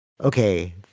okay